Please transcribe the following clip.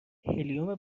هلیوم